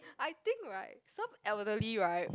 I think right some elderly right